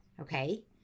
okay